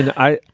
and i